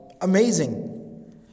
amazing